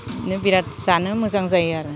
बिदिनो बिरात जानो मोजां जायो आरो